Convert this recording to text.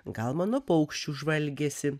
gal mano paukščių žvalgėsi